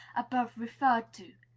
above referred to.